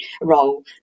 role